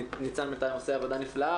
ניצן הורוביץ בינתיים עושה עבודה נפלאה,